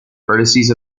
vertices